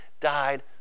died